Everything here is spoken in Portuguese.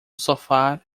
sofá